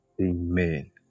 Amen